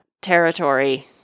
territory